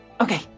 okay